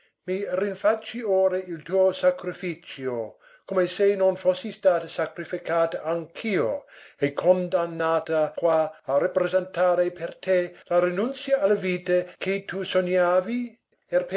i rinfacci ora il tuo sacrificio come se non fossi stata sacrificata anch'io e condannata qua a rappresentare per te la rinunzia alla vita che tu sognavi